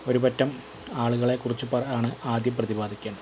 ഒരുപറ്റം ആളുകളെക്കുറിച്ചു പറയുകയാണ് ആദ്യം പ്രതിപാദിക്കേണ്ടത്